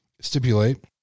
stipulate